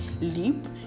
leap